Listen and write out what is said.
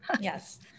Yes